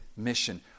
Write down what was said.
mission